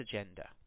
agenda